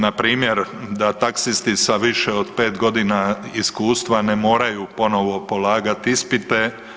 Na primjer da taksisti sa više od 5 godina iskustva ne moraju ponovo polagati ispite.